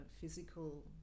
physical